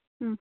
ꯎꯝ